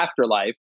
afterlife